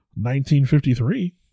1953